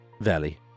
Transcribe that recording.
valley